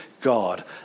God